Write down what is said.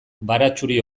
baratxuri